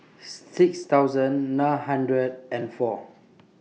six thousand nine hundred and four